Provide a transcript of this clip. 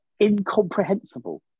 incomprehensible